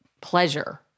pleasure